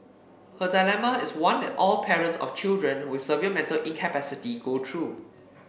her dilemma is one that all parents of children with severe mental incapacity go through